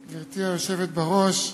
גברתי היושבת בראש,